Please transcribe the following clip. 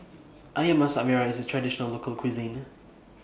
Ayam Masak Merah IS A Traditional Local Cuisine